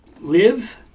live